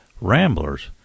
Ramblers